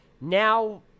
Now